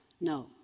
No